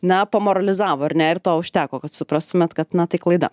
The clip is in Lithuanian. na pamoralizavo ar ne ir to užteko kad suprastumėt kad tai klaida